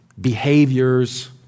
behaviors